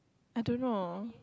I don't know